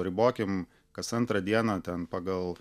ribokime kas antrą dieną ten pagal